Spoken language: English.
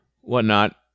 whatnot